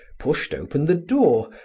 pushed open the door,